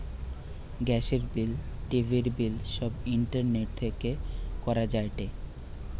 গ্যাসের বিল, টিভির বিল সব ইন্টারনেট থেকে করা যায়টে